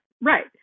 right